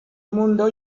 mundo